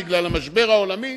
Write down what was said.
בגלל המשבר העולמי.